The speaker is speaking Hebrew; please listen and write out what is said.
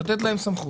למה לא לתת להם סמכות,